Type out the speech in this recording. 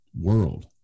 world